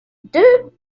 deux